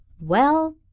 Well